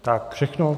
Tak všechno?